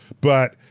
but